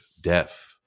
death